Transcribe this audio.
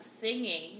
singing